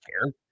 care